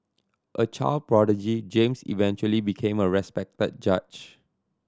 a child prodigy James eventually became a respected judge